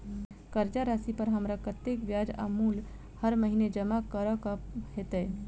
कर्जा राशि पर हमरा कत्तेक ब्याज आ मूल हर महीने जमा करऽ कऽ हेतै?